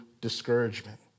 discouragement